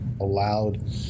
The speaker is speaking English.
allowed